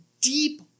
deep